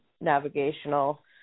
navigational